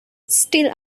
still